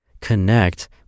connect